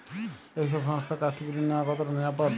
এই সব সংস্থার কাছ থেকে ঋণ নেওয়া কতটা নিরাপদ?